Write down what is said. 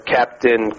Captain